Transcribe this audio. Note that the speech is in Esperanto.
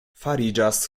fariĝas